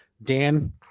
Dan